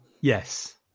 Yes